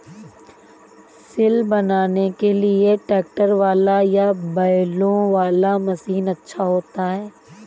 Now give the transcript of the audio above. सिल बनाने के लिए ट्रैक्टर वाला या बैलों वाला मशीन अच्छा होता है?